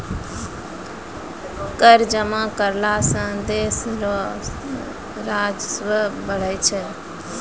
कर जमा करला सं देस रो राजस्व बढ़ै छै